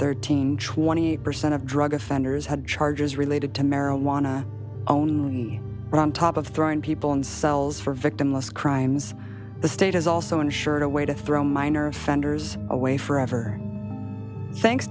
thirteen twenty percent of drug offenders had charges related to marijuana own on top of throwing people in cells for victimless crimes the state has also ensured a way to throw minor offenders away forever thanks